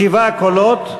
שבעה קולות.